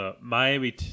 Miami